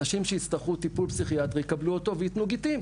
אנשים שיצטרכו טיפול פסיכיאטרי יקבלו אותו ויתנו גיטים.